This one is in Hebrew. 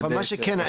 אבל מה שכן,